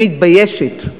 אני מתביישת,